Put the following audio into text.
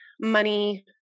money